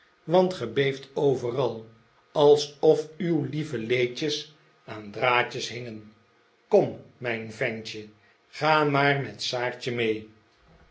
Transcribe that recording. want ge beeft overal alsof uw lieve leedjes aan draadjes hingen kom mijn ventje ga maar met saartje mee